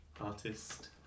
artist